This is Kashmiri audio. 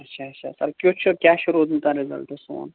اچھا اچھا سَر کیُتھ چھُ کیٛاہ چھُ روٗدمُت رِزَلٹ سون